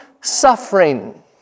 suffering